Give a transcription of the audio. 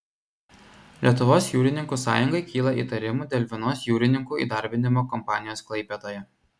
lietuvos jūrininkų sąjungai kyla įtarimų dėl vienos jūrininkų įdarbinimo kompanijos klaipėdoje